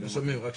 חבר'ה, רק שנייה.